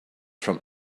from